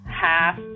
half